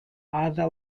other